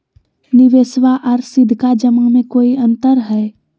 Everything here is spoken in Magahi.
निबेसबा आर सीधका जमा मे कोइ अंतर हय?